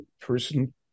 person